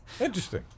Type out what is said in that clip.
Interesting